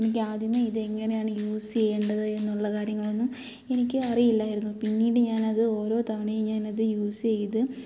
എനിക്ക് ആദ്യമേ ഇത് എങ്ങനെയാണ് യൂസ് ചെയ്യേണ്ടത് എന്നുള്ള കാര്യങ്ങളൊന്നും എനിക്ക് അറിയില്ലായിരുന്നു പിന്നീട് ഞാനത് ഓരോ തവണയും ഞാനത് യൂസ് ചെയ്ത്